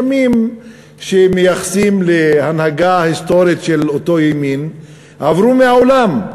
הימים שמייחסים להנהגה היסטורית של אותו ימין עברו מהעולם.